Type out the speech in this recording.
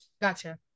Gotcha